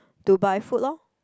to buy food lor